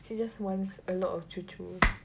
she just wants a lot of cucu